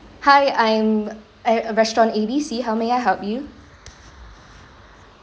hi I'm uh restaurant A B C how may I help you